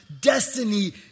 destiny